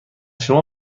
شما